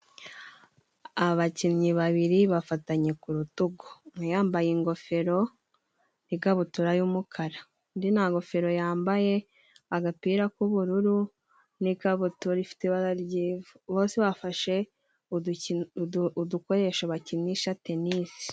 Abakinnyi babiri bafatanye ku rutugu, umwe yambaye ingofero n'ikabutura y'umukara, undi nta ngofero yambaye, agapira k'ubururu n'ikabutura ifite ibara ryiza. Bose bafashe udukoresho bakinisha tenisi.